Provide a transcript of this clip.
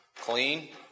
clean